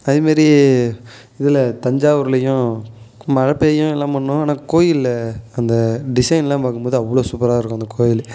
அதே மாரி இதில் தஞ்சாவூர்லையும் மழை பெய்யும் எல்லாம் பண்ணும் ஆனால் கோயிலில் அந்த டிசைன்லாம் பாக்கும்போது அவ்வளோ சூப்பராகருக்கும் அந்த கோயில்